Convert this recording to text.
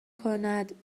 کند